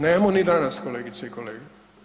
Nemamo ni danas, kolegice i kolege.